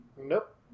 Nope